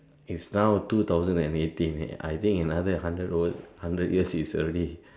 is now two thousand and eighteen I think another hundred years its already